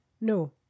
no